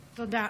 תודה.